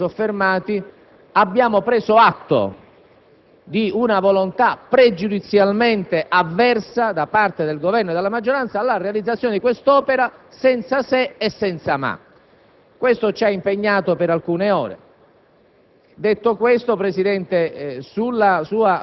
Questo è un ordine del giorno importantissimo sul quale ci siamo soffermati. Abbiamo preso atto di una volontà pregiudizialmente avversa da parte del Governo e della maggioranza alla realizzazione di quest'opera senza se e senza ma. Questo ci ha impegnato per alcune ore.